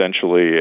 essentially